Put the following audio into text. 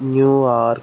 New York